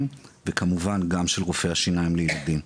וגם של המרדימים וכמובן גם של רופאי השיניים לילדים.